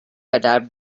adapt